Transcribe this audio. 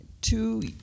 Two